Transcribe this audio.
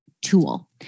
tool